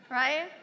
right